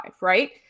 Right